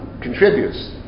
contributes